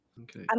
okay